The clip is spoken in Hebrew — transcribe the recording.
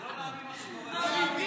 זה לא להאמין, מה שקורה, לא להאמין.